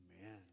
Amen